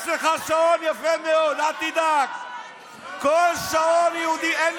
יש לך שעון, יפה מאוד, אל תדאג.